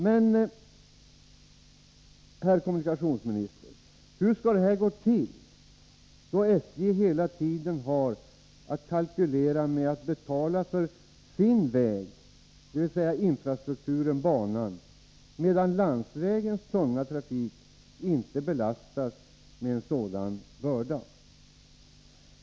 Men hur skall, herr kommunikationsminister, detta gå till, då SJ hela tiden har att kalkylera med kostnaden för sin väg — dvs. infrastrukturen banan — medan landsvägens tunga trafik inte belastas med en sådan börda?